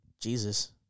Jesus